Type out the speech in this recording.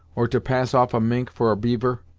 or to pass off a mink for a beaver.